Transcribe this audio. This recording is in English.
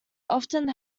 often